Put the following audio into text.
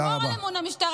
צריך לשמור על אמון המשטרה,